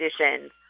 conditions